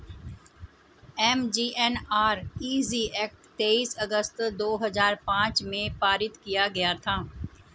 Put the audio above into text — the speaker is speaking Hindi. एम.जी.एन.आर.इ.जी एक्ट तेईस अगस्त दो हजार पांच में पारित किया गया था